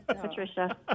Patricia